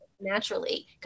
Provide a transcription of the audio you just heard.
naturally